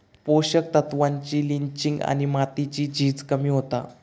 पोषक तत्त्वांची लिंचिंग आणि मातीची झीज कमी होता